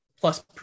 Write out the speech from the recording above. plus